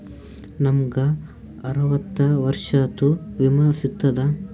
ನಮ್ ಗ ಅರವತ್ತ ವರ್ಷಾತು ವಿಮಾ ಸಿಗ್ತದಾ?